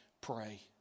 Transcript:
pray